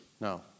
No